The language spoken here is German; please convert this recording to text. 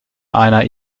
einer